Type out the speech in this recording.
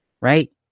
right